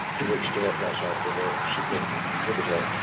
to which deo prasad was a significant contributor.